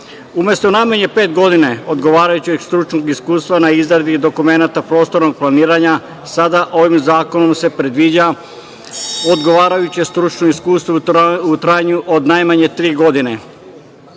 Umesto najmanje pet godina odgovarajućeg stručnog iskustva na izradi dokumenata prostornog planiranja, sada ovim zakonom se predviđa odgovarajuće stručno iskustvo u trajanju od najmanje tri